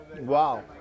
Wow